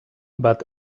but